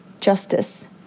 justice